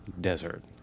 desert